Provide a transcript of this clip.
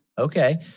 Okay